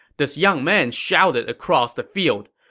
this young man shouted across the field,